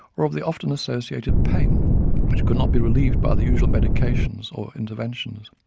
or of the often associated pain which could not be relieved by the usual medications or interventions.